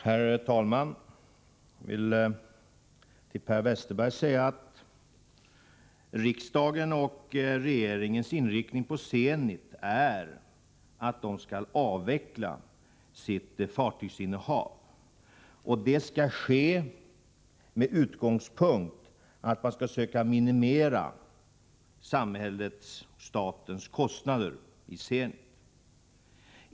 Herr talman! Jag vill till Per Westerberg säga att riksdagens och regeringens inriktning när det gäller Zenit är att bolaget skall avveckla sitt fartygsinnehav. Det skall ske med utgångspunkt i att man skall söka minimera samhällets-statens kostnader i Zenit.